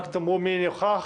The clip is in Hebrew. רק תאמרו מי נוכח.